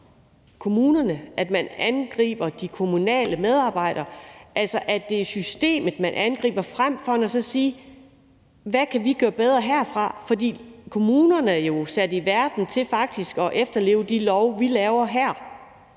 at man angriber de kommunale medarbejdere, altså at det er systemet, man angriber, frem for at sige: Hvad kan vi gøre bedre herindefra? For kommunerne er jo faktisk sat i verden for at efterleve de love, vi laver her,